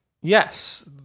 yes